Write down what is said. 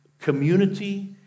community